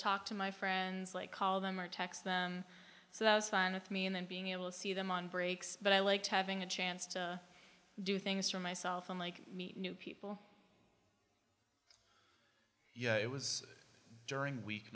talk to my friends like call them or text them so that's fine with me and then being able to see them on breaks but i like having a chance to do things for myself and like meet new people yeah it was during